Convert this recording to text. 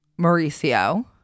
Mauricio